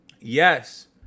Yes